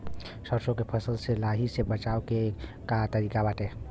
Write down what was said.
सरसो के फसल से लाही से बचाव के का तरीका बाटे?